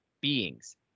beings